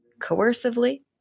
coercively